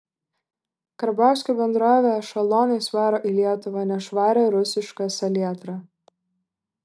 karbauskio bendrovė ešelonais varo į lietuvą nešvarią rusišką salietrą